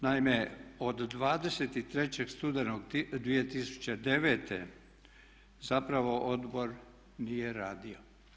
Naime, od 23. studenog 2009. zapravo odbor nije radio.